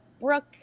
Brooke